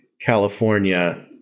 California